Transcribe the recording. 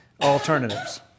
alternatives